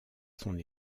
son